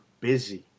busy